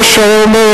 ראש הממשלה,